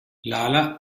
lala